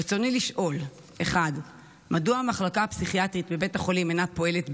רצוני לשאול: 1. מדוע המחלקה הפסיכיאטרית בבית החולים אינה פועלת,